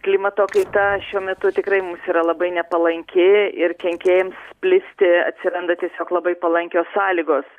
klimato kaita šiuo metu tikrai mums yra labai nepalanki ir kenkėjam plisti atsiranda tiesiog labai palankios sąlygos